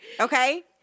okay